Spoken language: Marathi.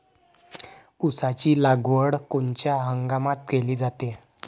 ऊसाची लागवड कोनच्या हंगामात केली जाते?